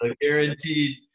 guaranteed